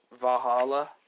Valhalla